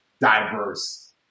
diverse